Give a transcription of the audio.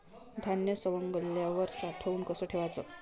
धान्य सवंगल्यावर साठवून कस ठेवाच?